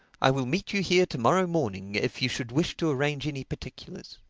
i will meet you here to-morrow morning if you should wish to arrange any particulars.